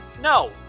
no